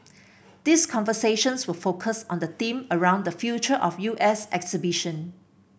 these conversations will focus on the theme around the Future of U S exhibition